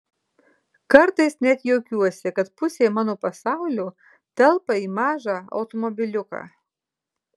kartais net juokiuosi kad pusė mano pasaulio telpa į mažą automobiliuką